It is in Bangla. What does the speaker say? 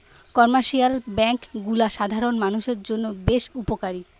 কমার্শিয়াল বেঙ্ক গুলা সাধারণ মানুষের জন্য বেশ উপকারী